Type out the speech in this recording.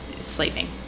sleeping